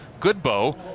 Goodbow